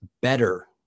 better